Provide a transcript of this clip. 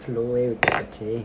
flow போச்சே:pooche